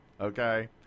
Okay